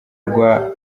rwa